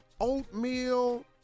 Oatmeal